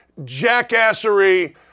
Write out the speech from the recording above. jackassery